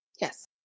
Yes